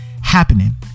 happening